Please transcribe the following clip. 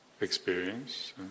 experience